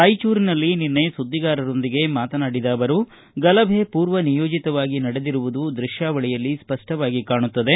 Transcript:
ರಾಯಚೂರಿನಲ್ಲಿ ನಿನ್ನೆ ಸುಧ್ದಿಗಾರರೊಂದಿಗೆ ಮಾತನಾಡಿದ ಅವರು ಗಲಭೆ ಪೂರ್ವ ನಿಯೋಜಿತವಾಗಿ ನಡೆದಿರುವುದು ದೃತ್ಯಾವಳಿಯಲ್ಲಿ ಸ್ಪಷ್ಟವಾಗಿ ಕಾಣುತ್ತದೆ